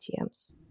ATMs